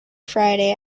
friday